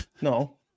No